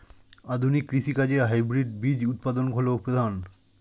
আধুনিক কৃষি কাজে হাইব্রিড বীজ উৎপাদন হল প্রধান